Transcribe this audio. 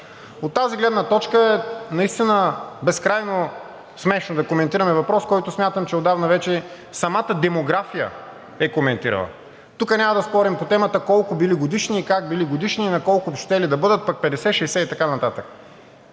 От тази гледна точка е наистина безкрайно смешно да коментираме въпрос, който смятам, че отдавна вече самата демография е коментирала. Тук няма да спорим по темата колко били годишни, как били годишни и на колко щели да бъдат, пък 50, 60 и така нататък.